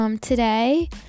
Today